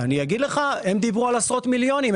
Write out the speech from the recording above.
הם דיברו על עשרות מיליונים.